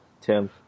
Tim